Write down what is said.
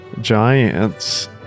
giants